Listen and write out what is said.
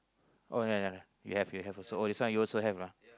oh ya ya ya you have you have also oh this one you also have ah